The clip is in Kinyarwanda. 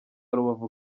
rubavu